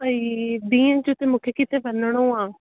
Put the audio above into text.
अईं ॾींहु जो त मूंखे किथे वञिणो आहे